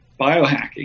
biohacking